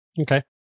Okay